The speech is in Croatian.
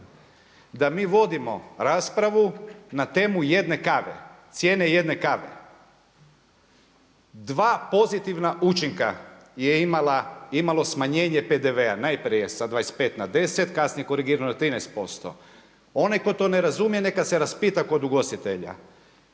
da mi vodimo raspravu na temu jedne kave, cijene jedne kave. Dva pozitivna učinka je imalo smanjenje PDV-a najprije sa 25 na 10, kasnije korigirano na 13%. Onaj tko to ne razumije neka se raspita kod ugostitelja.